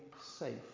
safe